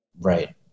right